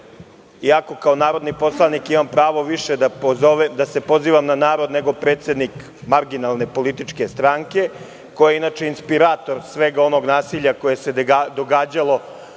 iako kao narodni poslanik imam pravo više da se pozivam na narod, nego predsednik marginalne političke stranke, koja je inače inspirator svog onog nasilja koje se događalo